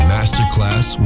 Masterclass